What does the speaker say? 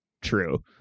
true